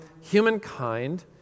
humankind